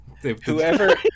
Whoever